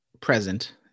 present